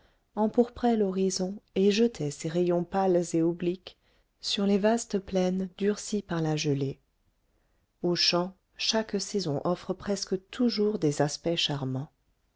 d'écouen empourprait l'horizon et jetait ses rayons pâles et obliques sur les vastes plaines durcies par la gelée aux champs chaque saison offre presque toujours des aspects charmants